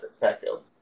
backfield